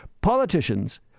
Politicians